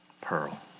pearl